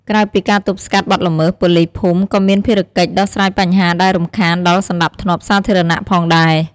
ក្រៅពីការទប់ស្កាត់បទល្មើស ប៉ូលីសភូមិក៏មានភារកិច្ច ដោះស្រាយបញ្ហាដែលរំខានដល់សណ្តាប់ធ្នាប់សាធារណៈ ផងដែរ។